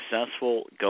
successful